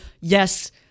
Yes